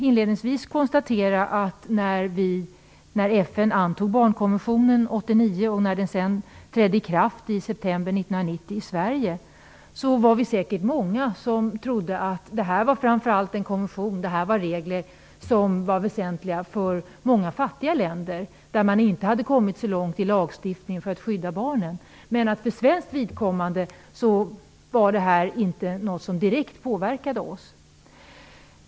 Inledningsvis vill jag konstatera att när FN antog barnkonventionen 1989 och när den sedan trädde i kraft i Sverige i september 1990 var vi säkert många som trodde att det framför allt rörde sig om en konvention som var väsentlig i många fattiga länder där man inte hade kommit så långt i lagstiftningen för att skydda barnen. För svenskt vidkommande ansågs det här inte vara något som direkt skulle påverka oss.